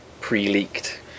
pre-leaked